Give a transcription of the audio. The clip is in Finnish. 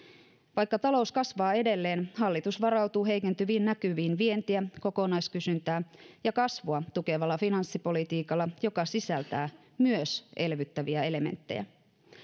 vaikka talous kasvaa edelleen hallitus varautuu heikentyviin näkymiin vientiä kokonaiskysyntää ja kasvua tukevalla finanssipolitiikalla joka sisältää myös elvyttäviä elementtejä